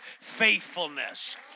faithfulness